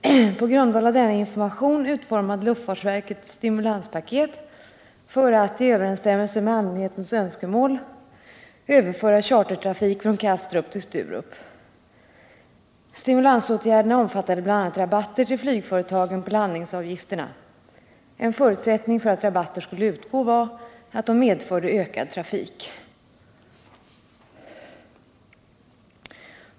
På grundval av denna information utformade luftfartsverket ett stimulanspaket för att — i överensstämmelse med allmänhetens önskemål — överföra chartertrafik från Kastrup till Sturup. Stimulansåtgärderna omfattade bl.a. rabatter till flygföretagen på landningsavgifterna. En förutsättning för att rabatter skulle utgå var att de medförde ökad trafik.